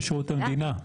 בשרות המדינה.